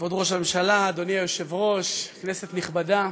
כבוד ראש הממשלה, אדוני היושב-ראש, כנסת נכבדה,